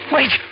Wait